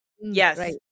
yes